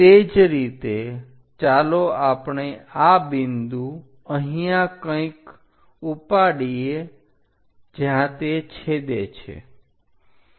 તે જ રીતે ચાલો આપણે આ બિંદુ અહીંયા કઈક ઉપાડીએ જ્યાં તે છેદે છે